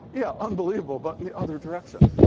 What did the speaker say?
yeah, unbelievable but in the other direction.